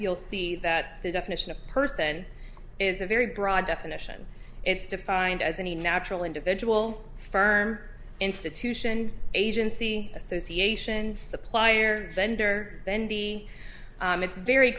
you'll see that the definition of person is a very broad definition it's defined as any natural individual firm or institution agency association supplier vendor then b it's very